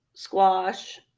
squash